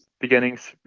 beginnings